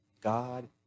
God